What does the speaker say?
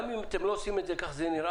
גם אם אתם לא עושים את זה, כך זה נראה.